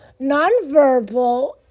nonverbal